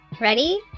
Ready